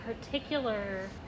particular